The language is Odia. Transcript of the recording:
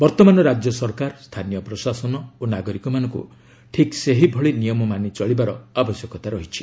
ବର୍ତ୍ତମାନ ରାଜ୍ୟ ସରକାର ସ୍ଥାନୀୟ ପ୍ରଶାସନ ଓ ନାଗରିକମାନଙ୍କୁ ଠିକ୍ ସେହିଭଳି ନିୟମମାନି ଚଳିବାର ଆବଶ୍ୟକତା ରହିଛି